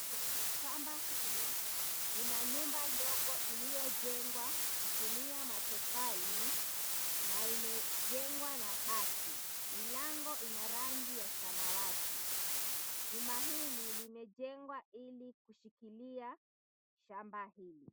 Kwenye shamba hili kuna nyumba ndogo iliyojengwa kutumia matofali na imejengwa na bati. Milango ina rangi ya samawati. Jumba hili imejengwa ili kushikilia shamba hili.